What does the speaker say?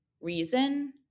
reason